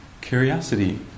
curiosity